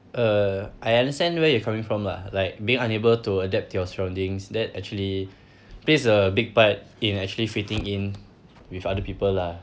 uh I understand where you're coming from lah like being unable to adapt to your surroundings that actually plays a big part in actually fitting in with other people lah